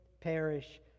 perish